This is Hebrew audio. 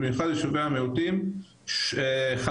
במיוחד יישובי המיעוטים חלוקה,